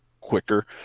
quicker